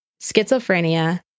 Schizophrenia